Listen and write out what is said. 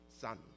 son